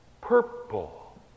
purple